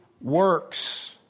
works